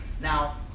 Now